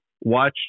watch